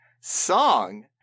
song